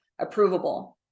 approvable